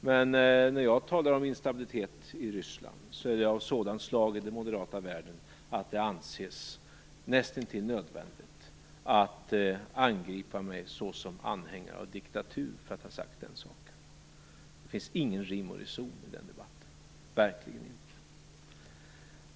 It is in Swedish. Men när jag talar om instabilitet i Ryssland är det av sådant slag att det i den moderata världen anses näst intill nödvändigt att angripa mig såsom anhängare av diktatur. Det finns ingen rim och reson i den debatten, verkligen inte.